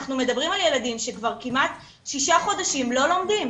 אנחנו מדברים על ילדים שכבר כמעט שישה חודשים לא לומדים.